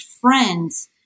friends